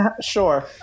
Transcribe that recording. Sure